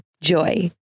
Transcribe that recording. JOY